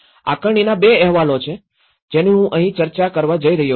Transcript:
આકારણીના બે અહેવાલો છે જેની હું અહીં ચર્ચા કરવા જઇ રહ્યો છું